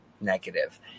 negative